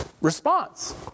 response